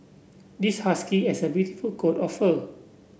this husky has a beautiful coat of fur